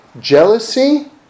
jealousy